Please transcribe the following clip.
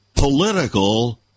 Political